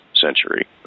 century